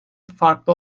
farklı